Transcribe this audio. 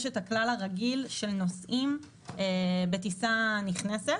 יש את הכלל הרגיל של נוסעים בטיסה נכנסת